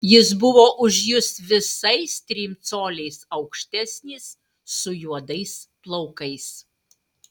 jis buvo už jus visais trim coliais aukštesnis su juodais plaukais